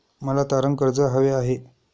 मला तारण कर्ज हवे आहे